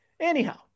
Anyhow